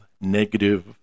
negative